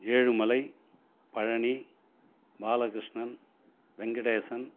Ezhumalai Palani Balakrishnan Venkatesan